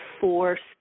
forced